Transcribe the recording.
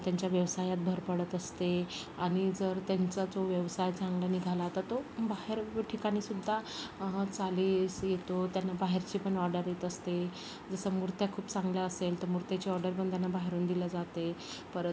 त्यांच्या व्यवसायात भर पडत असते आणि जर त्यांचा तो व्यवसाय चांगला निघाला तर तो बाहेर ठिकाणीसुद्धा चालीस येतो त्यांना बाहेरचे पण ऑडर येत असते जसं मूर्त्या खूप चांगल्या असेल तर मूर्त्याची ऑर्डर पण त्यांना बाहेरून दिल्या जाते परत